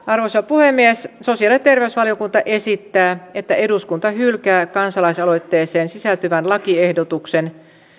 arvoisa puhemies sosiaali ja terveysvaliokunta esittää että eduskunta hylkää kansalaisaloitteeseen sisältyvän lakiehdotuksen